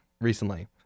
recently